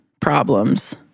problems